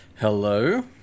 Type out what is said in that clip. Hello